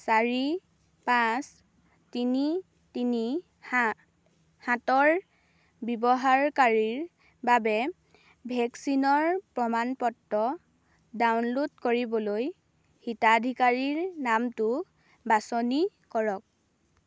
চাৰি পাঁচ তিনি তিনি সাতৰ ব্যৱহাৰকাৰীৰ বাবে ভেকচিনৰ প্ৰমাণ পত্ৰ ডাউনলোড কৰিবলৈ হিতাধিকাৰীৰ নামটো বাছনি কৰক